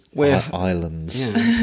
islands